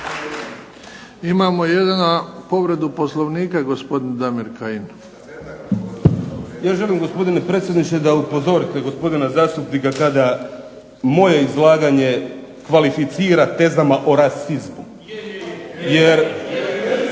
Imamo jednu povredu Poslovnika. Gospodin Damir Kajin. **Kajin, Damir (IDS)** Ja želim gospodine predsjedniče da upozorite gospodina zastupnika kada moje izlaganje kvalificira tezama o rasizmu. Jer